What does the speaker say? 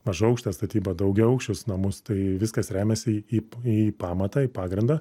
mažaaukštę statybą daugiaaukščius namus tai viskas remiasi į į pamatą į pagrindą